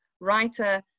writer